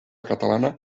catalana